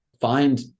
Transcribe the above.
find